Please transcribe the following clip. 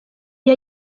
com